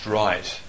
right